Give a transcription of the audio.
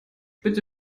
bitte